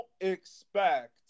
expect